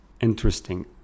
interesting